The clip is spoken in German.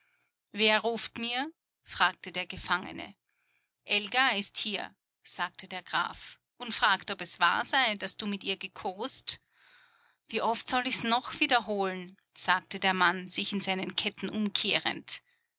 wer ruft mir fragte der gefangene elga ist hier sagte der graf und fragt ob es wahr sei daß du mit ihr gekost wie oft soll ichs noch wiederholen sagte der mann sich in seinen ketten umkehrend